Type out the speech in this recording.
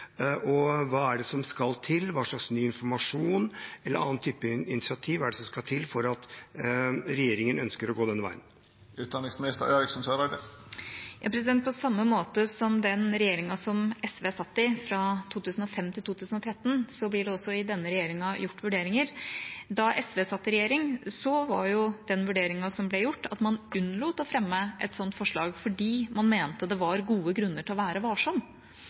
Og hva er det som skal til? Hva slags ny informasjon eller annen type initiativ er det som skal til for at regjeringen ønsker å gå denne veien? På samme måte som i den regjeringa SV satt i, fra 2005 til 2013, blir det også i denne regjeringa gjort vurderinger. Da SV satt i regjering, var den vurderingen som ble gjort, at man unnlot å fremme et sånt forslag fordi man mente det var gode grunner til å være varsom.